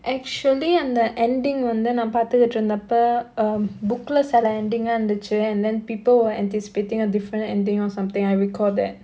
actually அந்த:அந்த ending வந்து நா பாத்துகிட்டு இருந்தப்ப:vandhu naa paathukittu irunthappa um book leh சில:sila ending ah இருந்துச்சு:irunthuchu and then people were anticipating a different ending or something I recall that